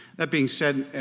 that being said,